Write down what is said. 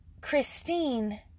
Christine